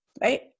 Right